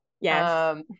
Yes